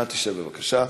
תשב בבקשה.